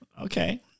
Okay